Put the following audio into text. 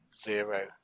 Zero